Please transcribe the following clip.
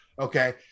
Okay